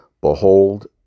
Behold